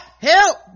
help